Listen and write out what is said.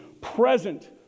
present